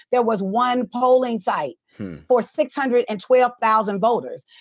there was one polling site for six hundred and twelve thousand voters.